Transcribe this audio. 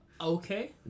Okay